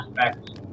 aspects